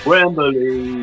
Wembley